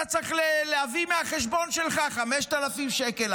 אתה צריך להביא מהחשבון שלך 5,000 שקל,